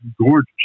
gorgeous